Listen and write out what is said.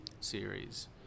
series